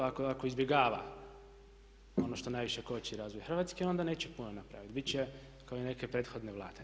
Ako izbjegava ono što najviše koči razvoj Hrvatske, onda neće puno napraviti, bit će kao i neke prethodne Vlade.